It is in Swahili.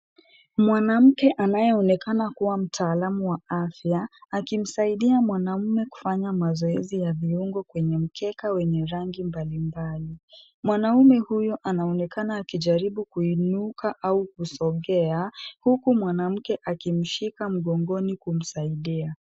Mwanamke anayeonekana kuwa mtaalamu wa afya, akimsaidia mwanaume kufanya mazoezi ya viungo kwenye mkeka wenye rangi mbalimbali. Mwanaume huyo anaonekana akijaribu kuinuka au kusongea huku mwanamke akimshika mgongoni kumsaidia.